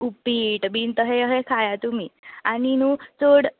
उपीट बी तशें अशें खाया तुमी आनी न्हय चड